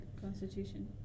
constitution